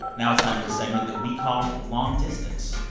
ah now it's time for a segment that we call. long distance